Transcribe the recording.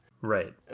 Right